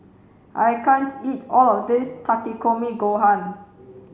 I can't eat all of this Takikomi gohan